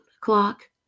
o'clock